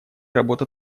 работа